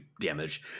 damage